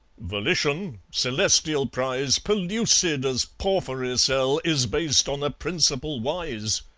volition celestial prize, pellucid as porphyry cell is based on a principle wise.